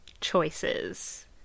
choices